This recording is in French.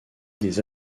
des